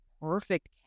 perfect